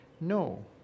no